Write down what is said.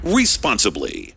responsibly